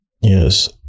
yes